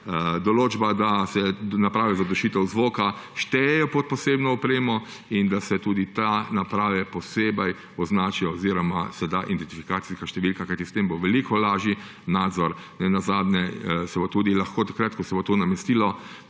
določba, da se naprave za dušitev zvoka štejejo za posebno opremo in da se tudi te naprave posebej označijo oziroma se da identifikacijska številka, kajti s tem bo veliko lažji nadzor. Ko se bo to namestilo,